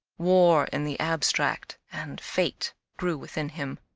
war in the abstract, and fate grew within him.